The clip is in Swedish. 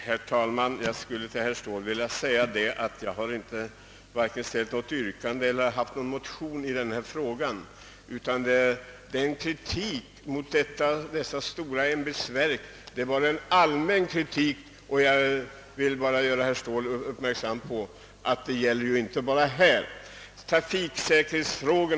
Herr talman! Jag skulle till herr Ståhl vilja säga att jag varken ställt något yrkande eller väckt någon motion i denna fråga, utan min kritik mot detta stora ämbetsverk var en allmän kritik. Jag vill göra herr Ståhl uppmärksam på att denna inte bara gäller i denna fråga.